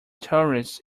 tourists